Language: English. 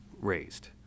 raised